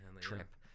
trip